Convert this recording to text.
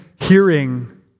hearing